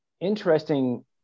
interesting